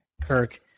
Kirk